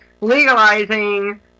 legalizing